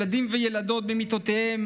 בילדים וילדות במיטותיהם